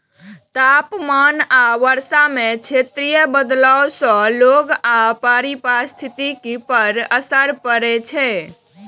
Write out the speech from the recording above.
तापमान आ वर्षा मे क्षेत्रीय बदलाव सं लोक आ पारिस्थितिकी पर असर पड़ै छै